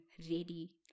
ready